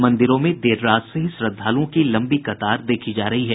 मंदिरों में देर रात से ही श्रद्धालुओं की लंबी कतार देखी जा रही है